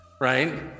right